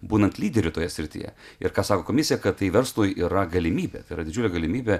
būnant lyderiu toje srityje ir ką sako komisija kad tai verslui yra galimybė tai yra didžiulė galimybė